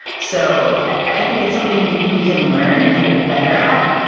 so, i think it's something we can learn and get better at,